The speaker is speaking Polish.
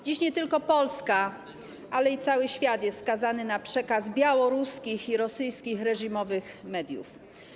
Dziś nie tylko Polska - dziś cały świat jest skazany na przekaz białoruskich i rosyjskich reżimowych mediów.